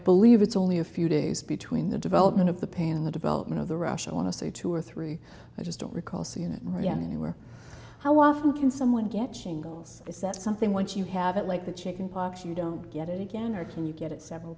believe it's only a few days between the development of the pan the development of the russia i want to say two or three i just don't recall seeing it right anywhere how often can someone get shingles is that something once you have it like the chicken pox you don't get it again or can you get it several